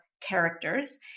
characters